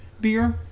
beer